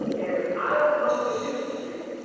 and if i don't know the history,